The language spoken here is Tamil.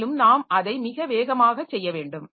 மேலும் நாம் அதை மிக வேகமாக செய்ய வேண்டும்